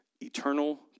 eternal